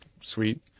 sweet